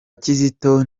kizito